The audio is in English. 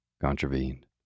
contravened